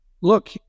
look